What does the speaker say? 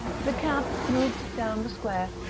the cab moved down the square,